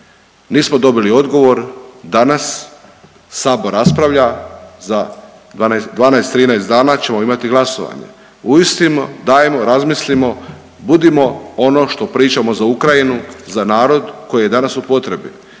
nismo dobili odgovor, danas sabor raspravlja za 12-13 dana ćemo imati glasovanje. Uistinu dajmo razmislimo, budimo ono što pričamo za Ukrajinu za narod koji je danas u potrebi.